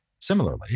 Similarly